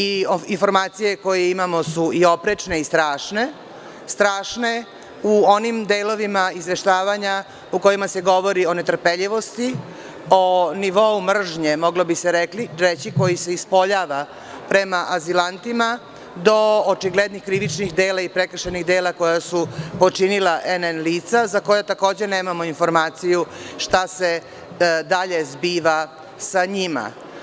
Informacije koje imamo su oprečne i strašne, strašne u onim delovima izveštavanja u kojima se govori o netrpeljivosti, o nivou mržnje, moglo bi se reći, koji se ispoljava prema azilantima do očiglednih krivičnih dela i prekršajnih dela počinila NN lica za koja takođe nemamo informaciju šta se dalje zbiva sa njima.